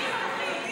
אני אמרתי,